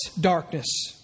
darkness